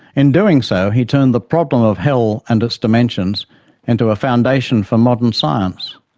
in doing so, he turned the problem of hell and its dimensions into a foundation for modern science.